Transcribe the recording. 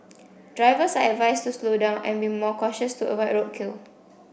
drivers are advised to slow down and be more cautious to avoid roadkill